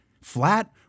flat